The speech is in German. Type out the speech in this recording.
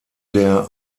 der